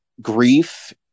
grief